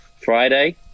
Friday